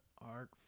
art